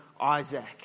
Isaac